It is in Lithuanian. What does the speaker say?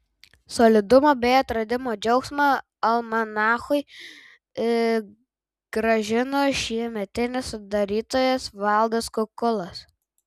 solidumą bei atradimo džiaugsmą almanachui grąžino šiemetinis sudarytojas valdas kukulas